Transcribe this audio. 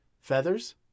feathers